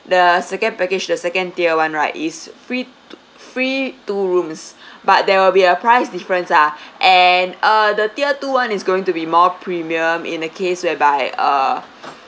the second package the second tier [one] right is free t~ free two rooms but there will be a price difference ah and uh the tier two [one] is going to be more premium in a case whereby uh